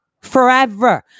Forever